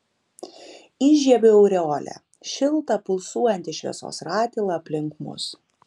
įžiebiu aureolę šiltą pulsuojantį šviesos ratilą aplink mus